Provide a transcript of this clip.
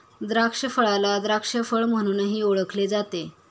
द्राक्षफळाला द्राक्ष फळ म्हणूनही ओळखले जाते